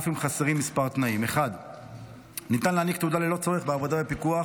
אף אם חסרים מספר תנאים: 1. ניתן להעניק תעודה ללא צורך בעבודה בפיקוח